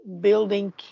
building